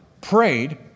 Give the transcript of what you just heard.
prayed